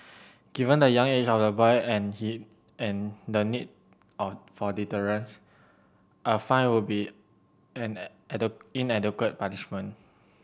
given the young age of the boy and he and the need all for deterrence a fine would be an inadequate punishment